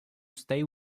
stay